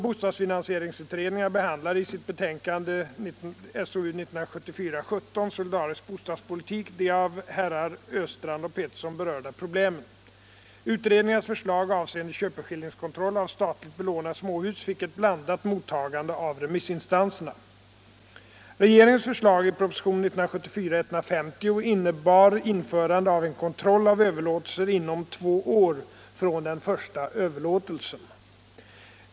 Regeringens förslag i propositionen 1974:150 innebar införande av en kontroll av överlåtelser inom två år från den första överlåtelsen.